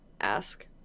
ask